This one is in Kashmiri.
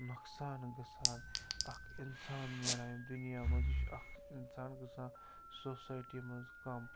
نۄقصان گژھان اَکھ اِنسان نیران ییٚمہِ دُنیا منٛز یہِ چھُ اَکھ اِنسان گژھان سوسایٹی منٛز کَم